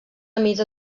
mida